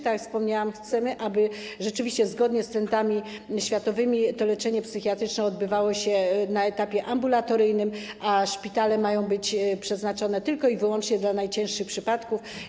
Tak jak wspomniałam, chcemy, aby zgodnie z trendami światowymi to leczenie psychiatryczne odbywało się na poziomie ambulatoryjnym, a szpitale mają być przeznaczone tylko i wyłącznie dla najcięższych przypadków.